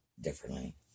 differently